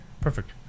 Perfect